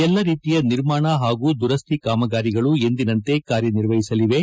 ಎಲ್ಲ ರೀತಿಯ ನಿರ್ಮಾಣ ಹಾಗೂ ದುರಸ್ತಿ ಕಾಮಗಾರಿಗಳು ಎಂದಿನಂತೆ ಕಾರ್ಯನಿರ್ವಒಸಲಿವೆ